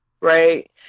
right